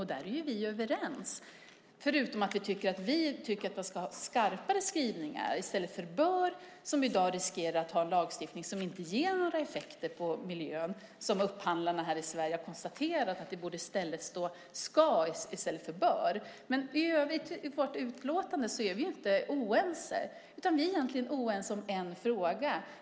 Och där är vi överens, förutom att vi tycker att det ska vara skarpare skrivningar. När det står "bör" är risken att lagstiftningen inte ger några effekter på miljön. Upphandlarna här i Sverige har konstaterat att det borde stå "ska" i stället för "bör". I övrigt är vi inte oense i utlåtandet, utan vi är oense om en fråga.